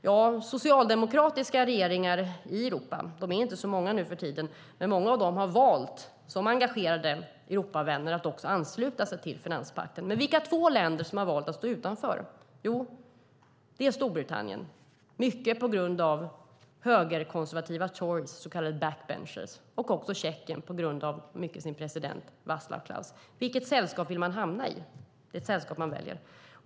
De socialdemokratiska regeringarna i Europa är inte så många nu för tiden, men de flesta har som engagerade Europavänner valt att ansluta sig till finanspakten. Vilka två länder har valt att stå utanför? Jo, Storbritannien på grund av högerkonservativa tories, så kallade backbenchers, och Tjeckien på grund av sin president Václav Klaus. Man väljer det sällskap man vill hamna i.